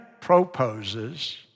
proposes